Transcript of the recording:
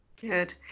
good